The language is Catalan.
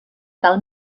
cal